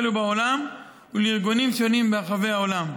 ובעולם ולארגונים שונים ברחבי העולם.